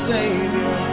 Savior